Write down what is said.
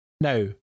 Now